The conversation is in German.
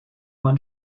man